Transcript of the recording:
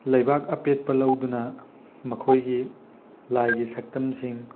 ꯂꯩꯕꯥꯛ ꯑꯄꯦꯠꯄ ꯂꯧꯗꯨꯅ ꯃꯈꯣꯏꯒꯤ ꯂꯥꯏꯒꯤ ꯁꯛꯇꯝꯁꯤꯡ